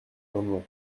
amendement